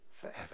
forever